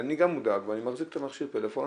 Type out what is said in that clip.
ואני גם מודאג ואני מחזיק את המכשיר פלאפון